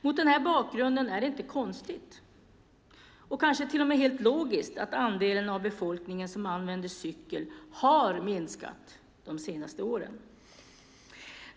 Mot den bakgrunden är det inte konstigt, och kanske till och med helt logiskt, att andelen av befolkningen som använder cykel har minskat de senaste åren.